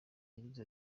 yagize